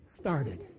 started